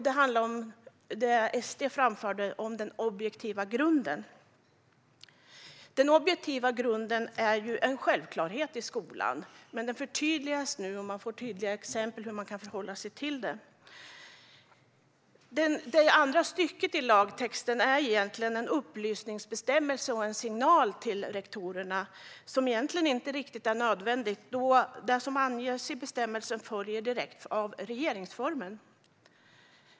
Det gäller det som SD framfört rörande den objektiva grunden. Den objektiva grunden är ju en självklarhet i skolan, men den förtydligas nu. Man får tydliga exempel på hur man kan förhålla sig till den. Det andra stycket i lagtexten är en upplysningsbestämmelse och en signal till rektorerna, som egentligen inte är riktigt nödvändig då det som anges i bestämmelsen följer direkt av regeringsformen.